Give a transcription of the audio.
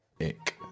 Ick